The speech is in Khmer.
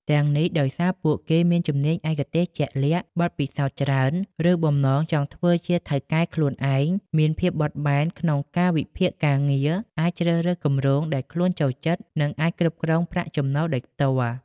ទាំងនេះ ដោយសារពួកគេមានជំនាញឯកទេសជាក់លាក់ បទពិសោធន៍ច្រើន ឬបំណងចង់ធ្វើជាថៅកែខ្លួនឯង មានភាពបត់បែនក្នុងកាលវិភាគការងារ អាចជ្រើសរើសគម្រោងដែលខ្លួនចូលចិត្ត និងអាចគ្រប់គ្រងប្រាក់ចំណូលដោយផ្ទាល់។